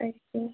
okay